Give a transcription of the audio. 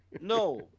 no